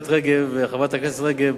חברת הכנסת רגב,